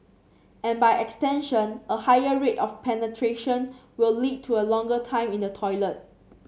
and by extension a higher rate of penetration will lead to a longer time in the toilet